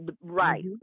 right